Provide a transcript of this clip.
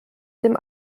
dem